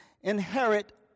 inherit